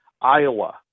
Iowa